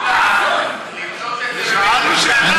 מסוכן לתלות את זה בבית המשפט העליון.